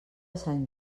sant